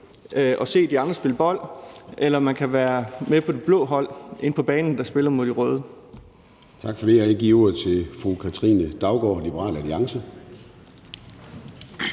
og se de andre spille bold, eller man kan være med inde på banen på det blå hold, der spiller mod de røde.